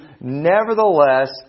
nevertheless